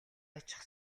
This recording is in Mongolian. очих